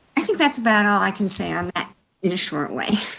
i think that's about all i can say on that in a short way?